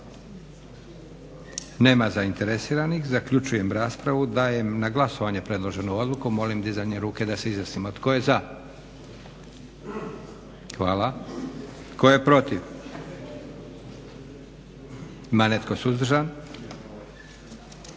Nema zainteresiranih. Zaključujem raspravu. Dajem na glasovanje predloženu odluku. Molim dizanjem ruke da se izjasnimo. Tko je za? Hvala. Tko je protiv? Ima li netko suzdržan?